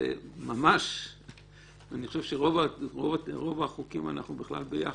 שאני חושב שרוב החוקים אנחנו בכלל ביחד.